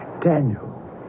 Daniel